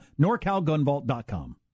Norcalgunvault.com